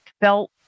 felt